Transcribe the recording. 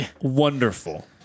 wonderful